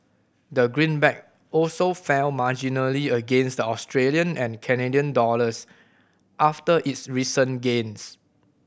the greenback also fell marginally against the Australian and Canadian dollars after its recent gains